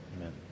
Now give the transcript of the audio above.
Amen